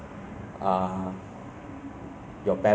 maybe if I have this power of course I want to